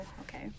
okay